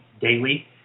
daily